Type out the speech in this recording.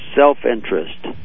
self-interest